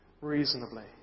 reasonably